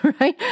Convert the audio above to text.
right